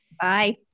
Bye